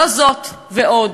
זאת ועוד,